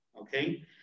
Okay